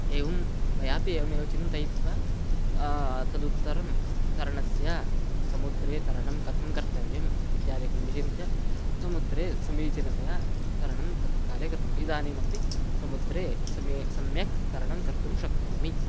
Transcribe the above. एवं मयापि एवमेव चिन्तयित्वा तदुत्तरं तरणस्य समुद्रे तरणं कथं कर्तव्यम् इत्यादिकं विचिन्त्य समुद्रे समीचीनतया तरणं तत्काले कृतम् इदानीमपि समुद्रे समे सम्यक् तरणं कर्तुं शक्नोमि